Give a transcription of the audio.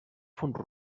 font